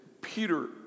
Peter